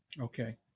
Okay